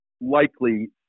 likely